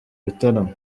bitaramo